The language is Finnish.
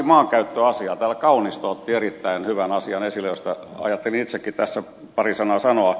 kaunisto otti erittäin hyvän asian esille josta ajattelin itsekin tässä pari sanaa sanoa